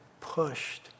pushed